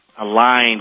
aligned